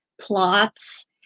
plots